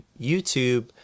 YouTube